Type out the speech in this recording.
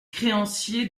créanciers